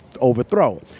overthrow